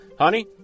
Honey